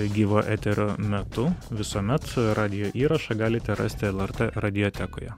gyvo eterio metu visuomet radijo įrašą galite rasti lrt radijotekoje